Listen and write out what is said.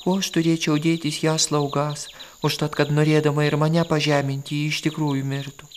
o aš turėčiau dėtis ją slaugąs užtat kad norėdama ir mane pažeminti ji iš tikrųjų mirtų